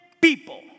people